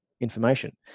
Information